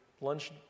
lunch